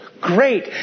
Great